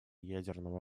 ядерного